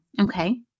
Okay